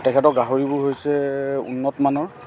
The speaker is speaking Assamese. তেখেতৰ গাহৰিবোৰ হৈছে উন্নতমানৰ